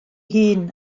hun